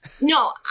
No